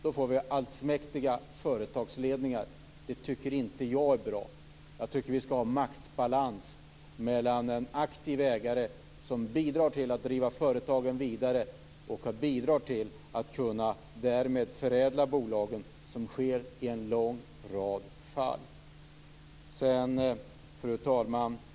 Då får vi allsmäktiga företagsledningar. Det tycker inte jag är bra. Jag tycker att det skall finnas en maktbalans. Vi skall ha en aktiv ägare som bidrar till att företagen drivs vidare och som därmed bidrar till att bolagen kan förädlas, som ju sker i en lång rad fall. Fru talman!